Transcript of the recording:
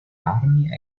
armi